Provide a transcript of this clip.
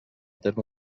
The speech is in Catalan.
terme